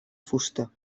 fusta